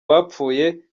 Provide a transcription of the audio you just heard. bapfuye